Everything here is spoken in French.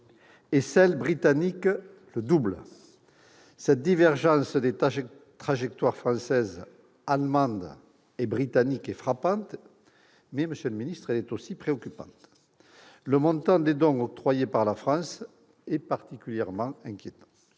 et l'aide britannique, le double. Cette divergence des trajectoires française, allemande et britannique est frappante, mais elle est aussi préoccupante, monsieur le ministre. Le montant des dons octroyés par la France est particulièrement inquiétant.